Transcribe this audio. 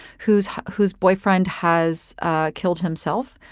who's whose boyfriend has ah killed himself.